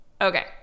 Okay